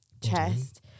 chest